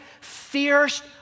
fierce